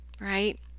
right